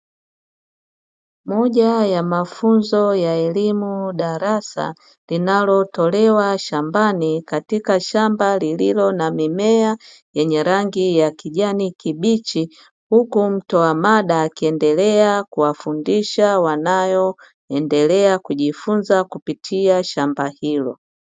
Moja ya mafunzo ya elimu darasa linalotolewa shambani katika shamba lililo na mimea yenye rangi ya kijani kibichi, huku mtoa mada akiendelea kuwafundisha wanayoendelea kujifunza kupitia shamba hilo.